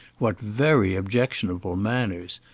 what very objectionable manners!